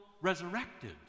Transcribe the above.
resurrected